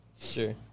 Sure